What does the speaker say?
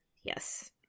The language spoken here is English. Yes